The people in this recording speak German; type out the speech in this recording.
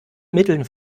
mitteln